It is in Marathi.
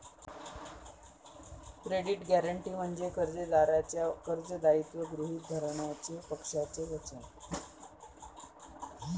क्रेडिट गॅरंटी म्हणजे कर्जदाराचे कर्ज दायित्व गृहीत धरण्याचे पक्षाचे वचन